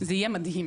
זה יהיה מדהים,